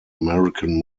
american